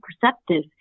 perceptive